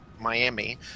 Miami